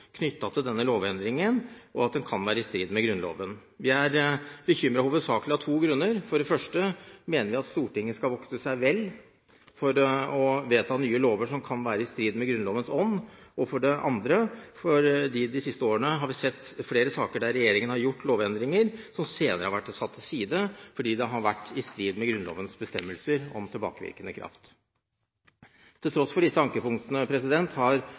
og hvorvidt denne lovendringen er i strid med Grunnloven. Vi er bekymret av to grunner hovedsakelig: For det første mener vi at Stortinget skal vokte seg vel for å vedta nye lover som kan være i strid med Grunnlovens ånd, og for det andre at vi de siste årene har sett flere saker hvor regjeringen har gjort lovendringer som senere har vært satt til side, fordi de har vært i strid med Grunnlovens bestemmelser om tilbakevirkende kraft. Til tross for disse ankepunktene har